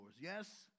Yes